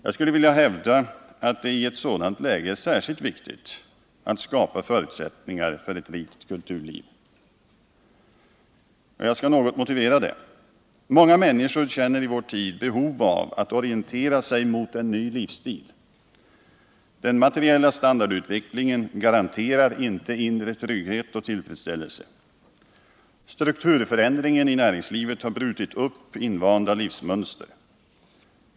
Just i ett sådant läge är det särskilt viktigt att skapa förutsättningar för ett rikt kulturliv. Jag skall något motivera det. Många människor känner i vår tid behov av att orientera sig mot en ny livsstil. Den materiella standardutvecklingen garanterar inte inre trygghet och tillfredsställelse. Strukturförändringen i näringslivet har brutit upp invanda livsmönster.